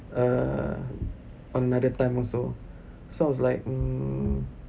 err another time also so I was like mm